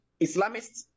Islamists